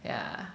yeah